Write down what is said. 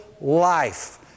life